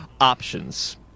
Options